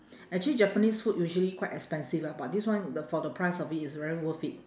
actually japanese food usually quite expensive ah but this one the for the price of it it's very worth it